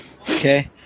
Okay